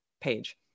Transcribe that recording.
page